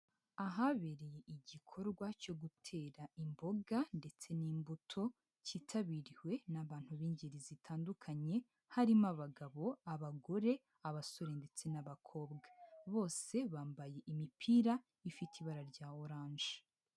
Ahabereye igikorwa cyo gutera imboga ndetse n'imbuto, cyitabiriwe n'abantu b'ingeri zitandukanye, harimo abagabo, abagore, abasore ndetse n'abakobwa, bose bambaye imipira ifite ibara rya oranje.